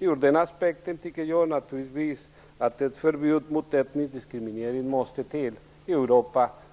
Ur den aspekten anser jag naturligtvis att ett förbud mot etnisk diskriminering måste till i Europa.